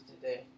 today